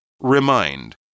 Remind